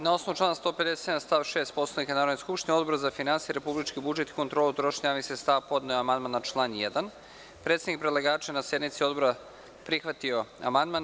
Na osnovu člana 157. stav 6. Poslovnika Narodne skupštine, Odbor za finansije, republički budžet i kontrolu trošenja javnih sredstava podneo je amandman na član 1. Predstavnik predlagača na sednici Odbora prihvatio je amandman.